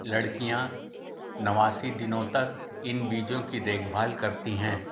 लड़कियाँ नवासी दिनों तक इन बीजों की देखभाल करती हैं